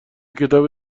کتاب